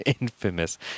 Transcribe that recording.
infamous